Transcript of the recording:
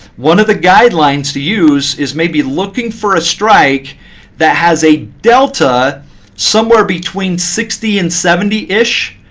one of the guidelines to use is maybe looking for a strike that has a delta somewhere between sixty and seventy ish.